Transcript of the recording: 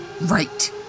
right